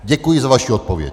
Děkuji za vaši odpověď.